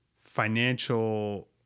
financial